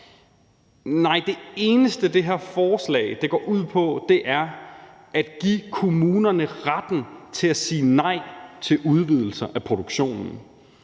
nej, det eneste, det her forslag går ud på, er at give kommunerne retten til at sige nej til udvidelser af produktionen.